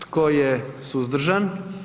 Tko je suzdržan?